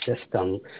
system